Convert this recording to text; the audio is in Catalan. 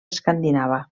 escandinava